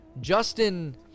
Justin